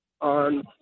on